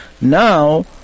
now